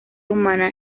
humana